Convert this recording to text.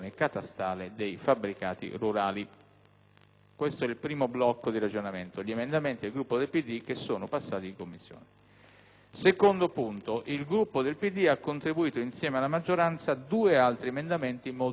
del Partito Democratico ha contribuito insieme alla maggioranza a due altri emendamenti molto positivi. Con l'emendamento 21.0.22 ci si è prefissi di evitare le conseguenze negative